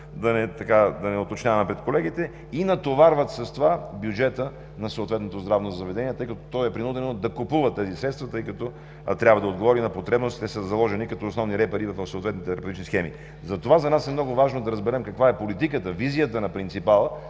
да не уточняваме пред колегите, и натоварват с това бюджета на съответното здравно заведение, тъй като то е принудено да купува тези средства, за да отговори на потребностите, заложени като основни репери в съответните схеми. За нас е много важно да разберем каква е политиката, визията на принципала